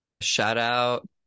Shout-out